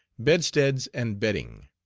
bedsteads and bedding.